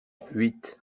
huit